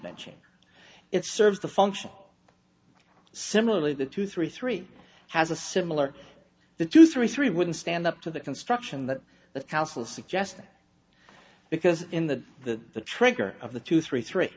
change it serves the function similarly the two three three has a similar the two three three wouldn't stand up to the construction that the council suggested because in the the the trigger of the two three three